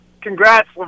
congrats